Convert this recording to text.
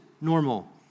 normal